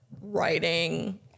writing